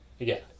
Again